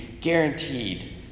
guaranteed